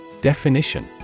Definition